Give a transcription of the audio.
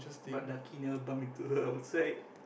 but lucky never bump into her outside